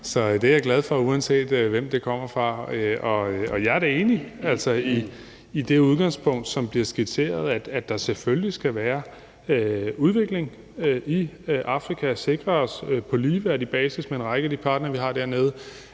Så det er jeg glad for, uanset hvem den kommer fra. Og jeg er da enig i det udgangspunkt, som bliver skitseret, altså at der selvfølgelig skal være udvikling i Afrika; at det sikres på ligeværdig basis med en række af de partnere, vi har dernede,